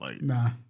Nah